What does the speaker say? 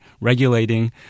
regulating